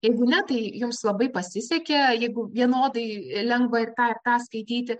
jeigu ne tai jums labai pasisekė jeigu vienodai lengva ir tą ir tą skaityti